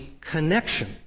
connection